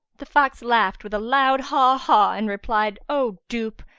the fox laughed with a loud haw-haw and replied, o dupe,